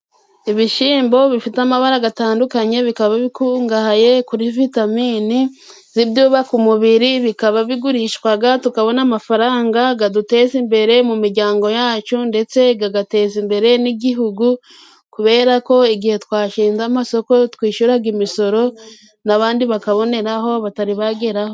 Ibishyimbo bifite amabara atandukanye，bikaba bikungahaye kuri vitamini z'ibyubaka umubiri, bikaba bigurishwa, tukabona amafaranga aduteza imbere mu miryango yacu, ndetse igateza imbere n'igihugu，kubera ko igihe twashinze amasoko twishyura imisoro, n'abandi bakaboneraho，batari bagera aho.